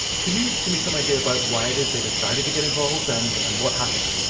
can you give me some idea about why it is they decided to get involved and and what happened?